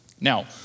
Now